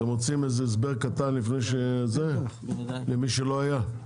אתם רוצים איזה הסבר קטן לפני, למי שלא היה?